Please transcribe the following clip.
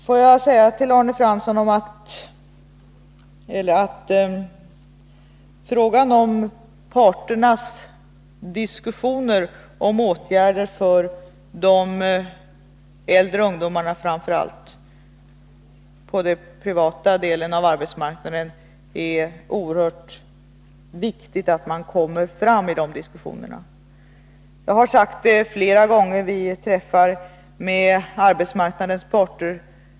Får jag säga till Arne Fransson att det är oerhört viktigt att parterna kommer fram i diskussionerna om åtgärder framför allt för de äldre ungdomarna på den privata sidan av arbetsmarknaden. Jag har sagt det flera gånger vid träffar med arbetsmarknadens parter.